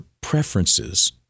preferences